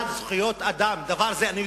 יש